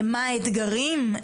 מה האתגרים,